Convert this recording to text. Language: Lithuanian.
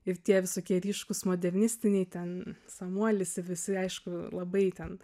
ir tie visokie ryškūs modernistiniai ten samuolis ir visi aišku labai ten